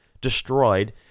destroyed